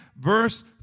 verse